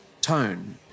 tone